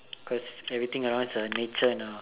cause everything around is nature now